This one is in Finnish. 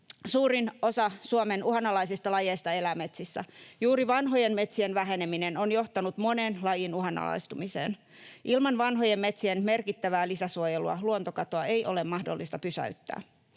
Suurin osa Suomen uhanalaisista lajeista elää metsissä. Juuri vanhojen metsien väheneminen on johtanut monen lajin uhanalaistumiseen. Ilman vanhojen metsien merkittävää lisäsuojelua ei luontokatoa ole mahdollista pysäyttää.